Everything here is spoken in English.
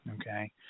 okay